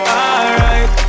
alright